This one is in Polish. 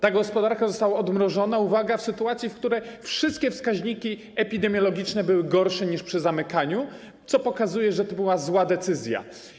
Ta gospodarka została odmrożona, uwaga, w sytuacji, w której wszystkie wskaźniki epidemiologiczne były gorsze niż przy zamykaniu, co pokazuje, że to była zła decyzja.